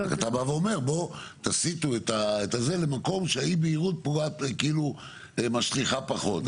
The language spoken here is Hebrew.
אתה בא ואומר בואו תסיטו את הזה למקום שהאי בהירות כאילו משליכה פחות.